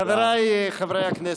חבריי חברי הכנסת,